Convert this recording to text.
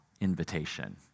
invitation